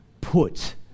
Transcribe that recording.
put